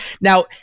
Now